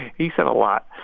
he said a lot.